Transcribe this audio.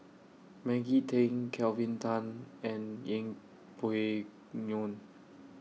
Maggie Teng Kelvin Tan and Yeng Pway Ngon